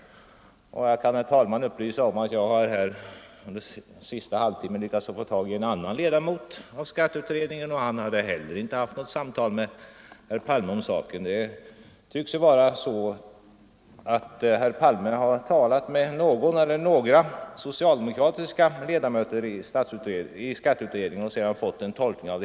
Jag kan, herr talman, upplysa om att jag under den senaste halvtimmen har lyckats få tag i en annan ledamot av skatteutredningen, och han hade heller inte haft något samtal med herr Palme om saken. Det tycks vara så att herr Palme talat med någon eller några socialdemokratiska ledamöter i skatteutredningen och av dem fått en tolkning.